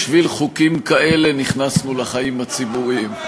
בשביל חוקים כאלה נכנסנו לחיים הציבוריים.